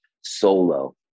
solo